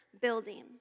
building